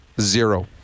zero